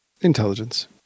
Intelligence